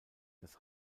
das